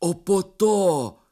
o po to